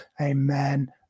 Amen